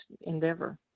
endeavor